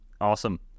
Awesome